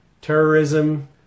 terrorism